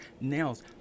nails